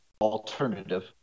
alternative